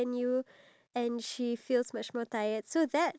to suit the needs of the elderly